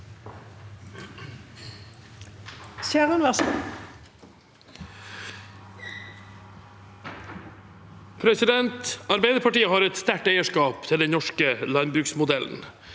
Arbeiderpartiet har et sterkt eierskap til den norske landbruksmodellen,